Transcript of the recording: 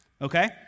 Okay